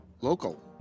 Local